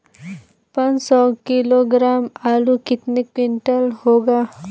पाँच सौ किलोग्राम आलू कितने क्विंटल होगा?